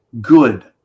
good